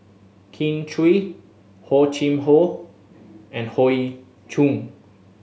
Kin Chui Hor Chim Or and Hoey Choo